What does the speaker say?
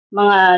mga